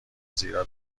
زیرا